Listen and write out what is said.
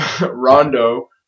Rondo